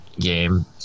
game